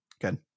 Good